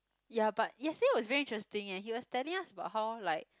ya but yesterday was very interesting ya he was telling us about how like